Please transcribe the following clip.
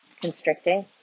constricting